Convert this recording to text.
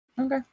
Okay